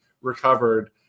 recovered